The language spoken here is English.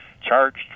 charged